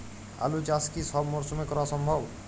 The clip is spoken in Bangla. আলু চাষ কি সব মরশুমে করা সম্ভব?